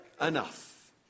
Enough